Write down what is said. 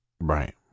Right